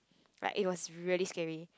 like it was really scary